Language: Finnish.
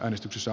äänestyksessä